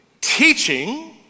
Teaching